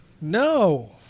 No